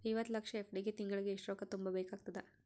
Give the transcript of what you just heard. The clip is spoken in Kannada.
ಐವತ್ತು ಲಕ್ಷ ಎಫ್.ಡಿ ಗೆ ತಿಂಗಳಿಗೆ ಎಷ್ಟು ರೊಕ್ಕ ತುಂಬಾ ಬೇಕಾಗತದ?